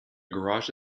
garage